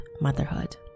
motherhood